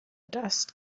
dust